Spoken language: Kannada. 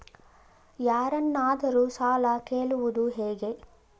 ಯಾರನ್ನಾದರೂ ಸಾಲ ಕೇಳುವುದು ಹೇಗೆ?